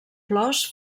flors